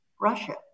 Russia